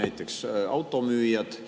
näiteks automüüjad